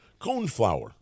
Coneflower